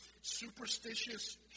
superstitious